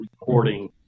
reporting